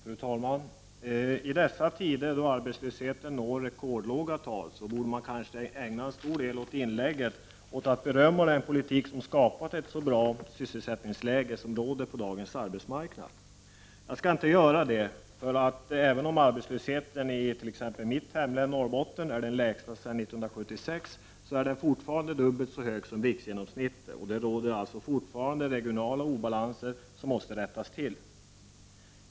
Fru talman! I dessa tider när arbetslösheten når rekordlåga tal borde jag kanske ägna en stor del av inlägget åt att berömma den politik som har skapat det goda sysselsättningsläge som råder på dagens arbetsmarknad. Men jag skall inte göra det. Även om arbetslösheten i t.ex. mitt hemlän, Norrbottens län, är den lägsta sedan 1976, är den nämligen fortfarande dubbelt så hög som riksgenomsnittet. Det råder alltså fortfarande regionala obalanser som måste rättas till.